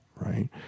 right